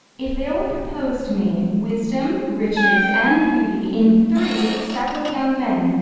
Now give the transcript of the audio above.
if there were propos'd me, wisdom, riches, and beauty, in three several young men,